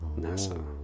NASA